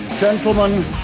Gentlemen